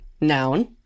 noun